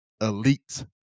elite